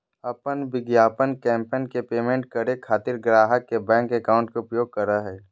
अपन विज्ञापन कैंपेन के पेमेंट करे खातिर ग्राहक के बैंक अकाउंट के उपयोग करो हइ